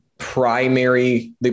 primary